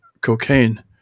cocaine